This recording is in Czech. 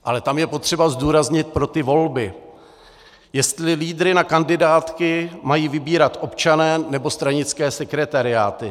Ale tam je potřeba zdůraznit pro ty volby, jestli lídry na kandidátky mají vybírat občané, nebo stranické sekretariáty.